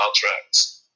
contracts